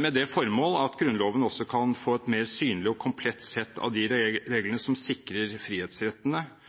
med det formål at Grunnloven også kan få et mer synlig og komplett sett av de reglene som sikrer frihetsrettene